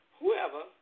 whoever